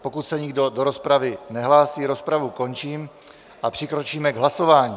Pokud se nikdo do rozpravy nehlásí, rozpravu končím a přikročíme k hlasování.